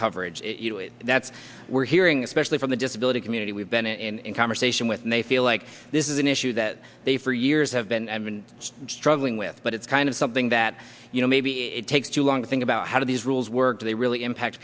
coverage that's we're hearing especially from the disability community we've been in conversation with and they feel like this is an issue that they for years have been and been struggling with but it's kind of something that you know maybe it takes too long to think about how do these rules work they really impact